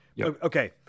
Okay